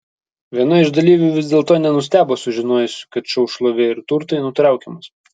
viena iš dalyvių vis dėlto nenustebo sužinojusi kad šou šlovė ir turtai nutraukiamas